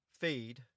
feed